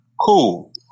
cool